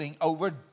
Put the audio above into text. over